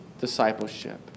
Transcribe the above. discipleship